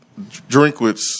Drinkwitz